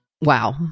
wow